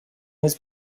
his